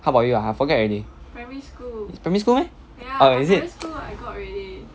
how about you ah I forget already is primary school meh oh is it